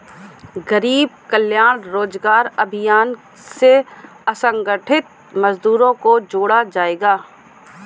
गरीब कल्याण रोजगार अभियान से असंगठित मजदूरों को जोड़ा जायेगा